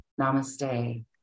Namaste